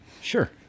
Sure